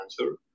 answer